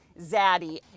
Zaddy